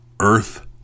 Earth